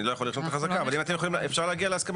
אני לא יכול לרשום את החזקה אבל אפשר להגיע להסכמה.